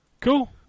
Cool